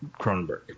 Cronenberg